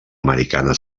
americana